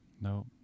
No